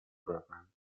program